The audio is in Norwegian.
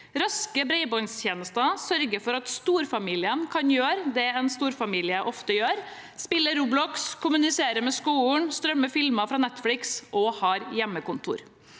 Raske bredbåndstjenester sørger for at storfamilien kan gjøre det en storfamilie ofte gjør: spille Roblox, kommunisere med skolen, strømme filmer fra Netflix og ha hjemmekontor.